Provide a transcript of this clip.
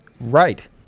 right